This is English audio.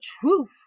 truth